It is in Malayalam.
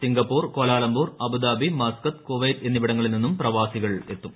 Singapore Kuala Lumpur Abu Dhabi Muscat Kuwait എന്നിവിടങ്ങളിൽ നിന്നും പ്രവാസികൾ എത്തും